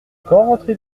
rentrez